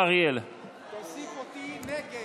תוסיף אותי נגד.